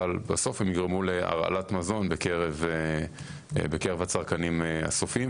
אבל בסוף יגרמו להרעלת מזון בקרב הצרכנים הסופיים.